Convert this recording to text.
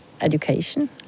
education